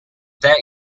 there